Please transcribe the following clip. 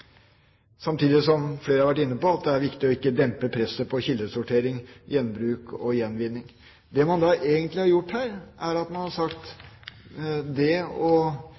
har flere vært inne på at det er viktig ikke å dempe presset på kildesortering, gjenbruk og gjenvinning. Det man da egentlig har gjort her, er at man har sagt at det